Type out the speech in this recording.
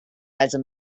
also